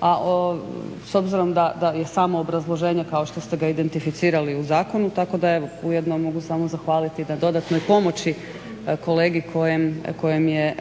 A s obzirom da je samo obrazloženje kao što ste ga identificirali u zakonu tako da evo ujedno mogu samo zahvaliti na dodanoj pomoći kolegi kojem je